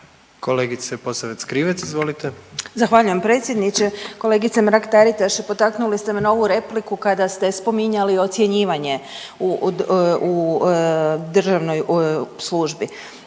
izvolite. **Posavec Krivec, Ivana (Nezavisni)** Zahvaljujem predsjedniče. Kolegice Mrak Taritaš potaknuli ste me na ovu repliku kada ste spominjali ocjenjivanje u državnoj službi,